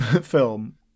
film